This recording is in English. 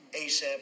ASAP